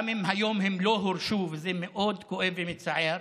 גם אם היום הם לא הורשו, וזה מאוד כואב ומצער,